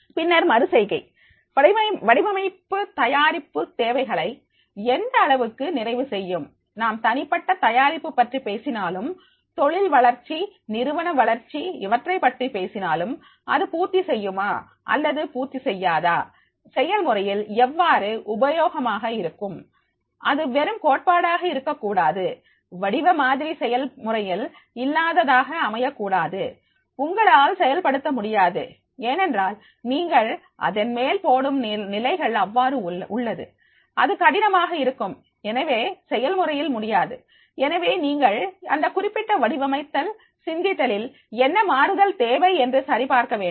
பின்னர் மறு செய்கை வடிவமைப்பு தயாரிப்பு தேவைகளை எந்த அளவுக்கு நிறைவு செய்யும் நாம் தனிப்பட்ட தயாரிப்பு பற்றி பேசினாலும் தொழில் வளர்ச்சி நிறுவன வளர்ச்சி இவற்றைப் பற்றி பேசினாலும் அது பூர்த்தி செய்யுமா அல்லது பூர்த்தி செய்யாதா செயல்முறையில் எவ்வாறு உபயோகமாக இருக்கும் அது வெறும் கோட்பாடாக இருக்கக்கூடாது வடிவ மாதிரி செயல்முறையில் இல்லாததாக அமையக்கூடாது உங்களால் செயல்படுத்த முடியாது ஏனென்றால் நீங்கள் அதன் மேல் போடும் நிலைகள் அவ்வாறு உள்ளது அது கடினமாக இருக்கும் எனவே செயல்முறையில் முடியாது எனவே நீங்கள் அந்த குறிப்பிட்ட வடிவமைத்தல் சிந்தித்தலில் என்ன மாறுதல் தேவை என்று சரி பார்க்க வேண்டும்